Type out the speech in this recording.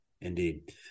indeed